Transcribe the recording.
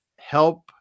help